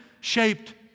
shaped